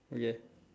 okay